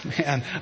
Man